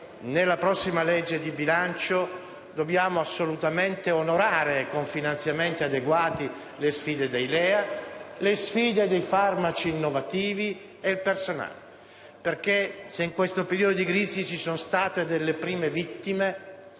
nella prossima legge di bilancio dobbiamo assolutamente onorare, con finanziamenti adeguati, le sfide dei LEA, le sfide dei farmaci innovativi e il personale, perché se in questo periodo di crisi le prime vittime